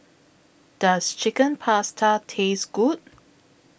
Does Chicken Pasta Taste Good